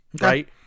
Right